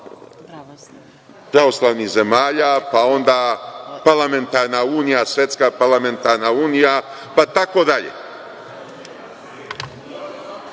pravoslavnih zemalja, pa onda parlamentarna unija, svetska parlamentarna unija, pa tako dalje. Sve